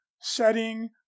setting